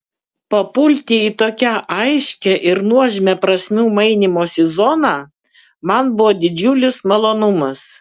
papulti į tokią aiškią ir nuožmią prasmių mainymosi zoną man buvo didžiulis malonumas